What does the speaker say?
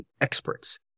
experts